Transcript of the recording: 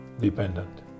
dependent